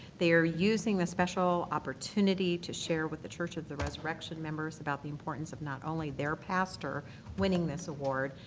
they are using this special opportunity to share with the church of the resurrection members about the importance of not only their pastor winning this award,